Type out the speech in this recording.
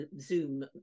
Zoom